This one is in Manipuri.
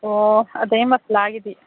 ꯑꯣ ꯑꯗꯒꯤ ꯃꯁꯂꯥꯒꯤꯗꯤ